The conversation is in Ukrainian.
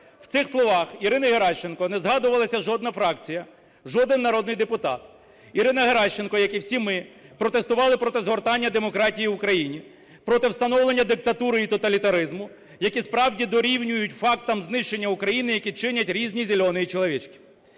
В цих словах Ірини Геращенко не згадувалась жодна фракція, жоден народний депутат. Ірина Геращенко, як і всі ми, протестувала проти згортання демократії в Україні, проти встановлення диктатури і тоталітаризму, які справді дорівнюють фактам знищення України, які чинять різні "зеленые человечки".